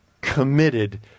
committed